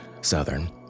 Southern